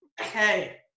okay